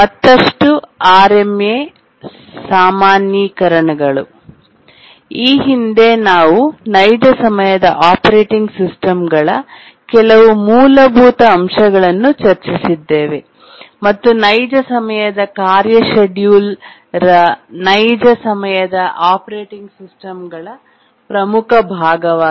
ಮತ್ತಷ್ಟು ಆರ್ಎಂಎ ಸಾಮಾನ್ಯೀಕರಣಗಳು ಈ ಹಿಂದೆ ನಾವು ನೈಜ ಸಮಯದ ಆಪರೇಟಿಂಗ್ ಸಿಸ್ಟಮ್ಗಳ ಕೆಲವು ಮೂಲಭೂತ ಅಂಶಗಳನ್ನು ಚರ್ಚಿಸಿದ್ದೇವೆ ಮತ್ತು ನೈಜ ಸಮಯದ ಕಾರ್ಯ ಶೆಡ್ಯೂಲ್ ರ ನೈಜ ಸಮಯದ ಆಪರೇಟಿಂಗ್ ಸಿಸ್ಟಮ್ಗಳ ಪ್ರಮುಖ ಭಾಗವಾಗಿದೆ